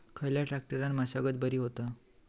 खयल्या ट्रॅक्टरान मशागत बरी होता?